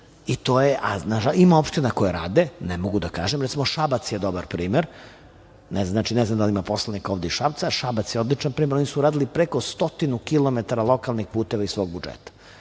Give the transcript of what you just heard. odgovorni za to. Ima opština koje rade, ne mogu da kažem. Recimo, Šabac je dobar primer. Ne znam da li ima poslanika ovde iz Šapca, Šabac je odličan primer. Oni su uradili preko 100 kilometara lokalnih puteva iz svog budžeta.